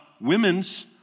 women's